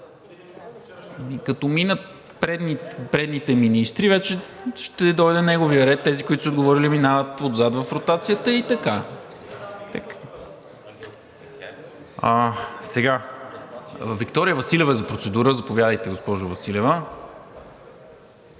Като минат предните министри, вече ще дойде неговият ред. Тези, които са отговорили, преминават отзад в ротацията и така. Виктория Василева е за процедура. Заповядайте, госпожо Василева.